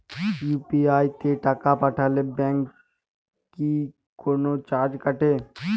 UPI তে টাকা পাঠালে ব্যাংক কি কোনো চার্জ কাটে?